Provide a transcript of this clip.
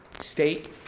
state